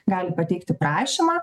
gali pateikti prašymą